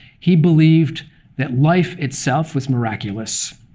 he believed that life itself was miraculous.